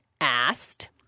asked